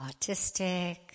Autistic